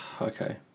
Okay